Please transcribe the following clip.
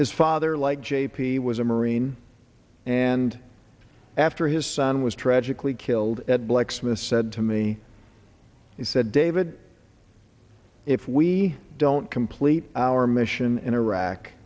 his father like j p was a marine and after his son was tragically killed at blecksmith said to me he said david if we don't complete our mission in iraq